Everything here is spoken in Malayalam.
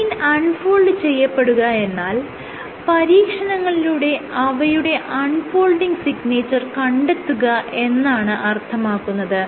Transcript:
പ്രോട്ടീൻ അൺ ഫോൾഡ് ചെയ്യപ്പെടുക എന്നാൽ പരീക്ഷണങ്ങളിലൂടെ അവയുടെ അൺ ഫോൾഡിങ് സിഗ്നേച്ചർ കണ്ടെത്തുക എന്നാണ് അർത്ഥമാക്കുന്നത്